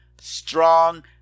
strong